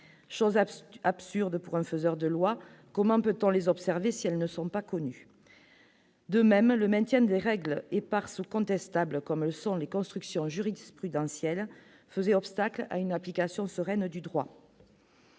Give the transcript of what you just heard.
absurde pour un faiseur de lois, comment peut-on les observer si elles ne sont pas connus, de même le maintien des règles éparses contestables, comme le sont les constructions jurisprudentielles faisait obstacle à une application sereine du droit.